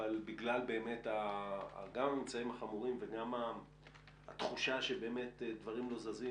אבל בגלל גם הממצאים החמורים וגם התחושה שדברים לא זזים,